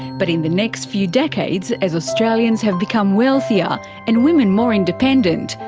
but in the next few decades as australians have become wealthier and women more independent,